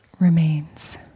remains